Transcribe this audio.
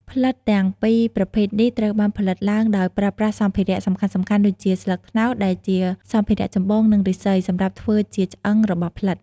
ផ្លិតទាំងពីរប្រភេទនេះត្រូវបានផលិតឡើងដោយប្រើប្រាស់សម្ភារៈសំខាន់ៗដូចជា ស្លឹកត្នោត ដែលជាសម្ភារៈចម្បង និង ឫស្សី សម្រាប់ធ្វើជាឆ្អឹងរបស់ផ្លិត។